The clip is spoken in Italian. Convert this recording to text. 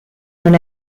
non